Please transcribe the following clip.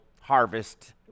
harvest